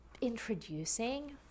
introducing